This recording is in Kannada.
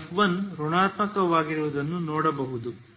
f1 ಋಣಾತ್ಮಕವಾಗಿರುವುದನ್ನು ನೋಡಬಹುದು